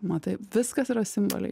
matai viskas yra simboliai